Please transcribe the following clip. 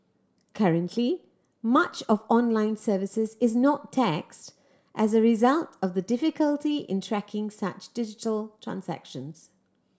currently much of online services is not taxed as a result of the difficulty in tracking such digital transactions